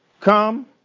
Come